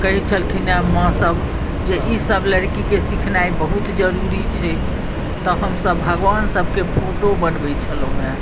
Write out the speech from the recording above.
कहैत छलखिन हेँ माँसभ जे ईसभ लड़कीके सिखनाइ बहुत जरूरी छै तऽ हमसभ भगवानसभके फोटो बनबैत छलहुँ हेँ